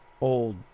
old